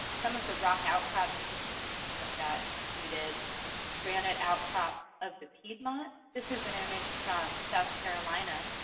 some of the rock outcrop ecosystems we looked at included granite outcrops of the piedmont. this is an image from south carolina,